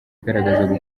agaragaza